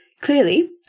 Clearly